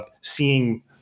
seeing